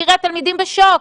תראי, התלמידים בשוק,